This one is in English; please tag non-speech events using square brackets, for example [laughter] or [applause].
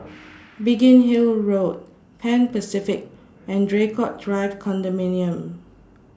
[noise] Biggin Hill Road Pan Pacific and Draycott Drive Condominium